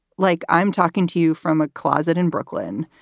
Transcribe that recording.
like i'm talking to you from a closet in brooklyn.